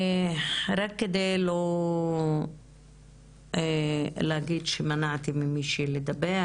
רק כדי לא להגיד שמנעתי ממישהי לדבר